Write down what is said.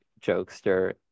jokester